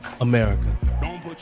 America